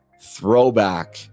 throwback